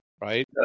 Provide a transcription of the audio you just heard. right